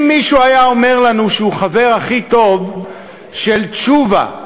אם מישהו היה אומר לנו שהוא חבר הכי טוב של תשובה,